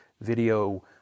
video